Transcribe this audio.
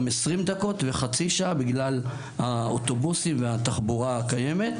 20 דקות או חצי שעה בגלל האוטובוסים והתחבורה הקיימת.